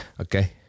okay